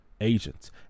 agents